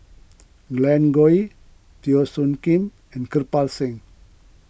Glen Goei Teo Soon Kim and Kirpal Singh